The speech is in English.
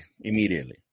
immediately